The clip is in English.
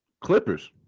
Clippers